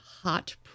hot